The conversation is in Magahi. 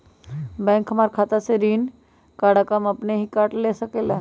बैंक हमार खाता से ऋण का रकम अपन हीं काट ले सकेला?